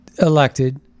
elected